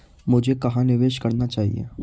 मुझे कहां निवेश करना चाहिए?